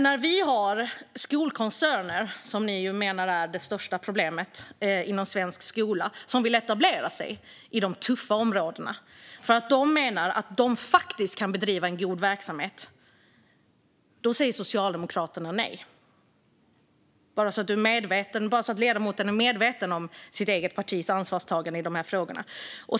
När vi har skolkoncerner - som Socialdemokraterna ju menar är det största problemet inom svensk skola - som vill etablera sig i de tuffa områdena eftersom de menar att de faktiskt kan bedriva en god verksamhet säger Socialdemokraterna nej. Jag säger detta för att ledamoten ska vara medveten om sitt eget partis ansvarstagande i dessa frågor.